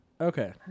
okay